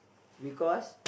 because